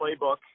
playbook